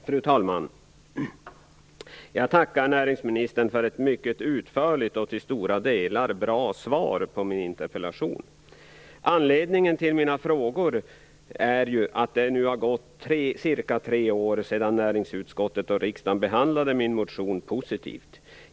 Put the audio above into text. Fru talman! Jag tackar näringsministern för ett mycket utförligt och till stora delar bra svar på min interpellation. Anledningen till mina frågor är att det nu har gått cirka tre år sedan näringsutskottet och riksdagen behandlade min motion positivt.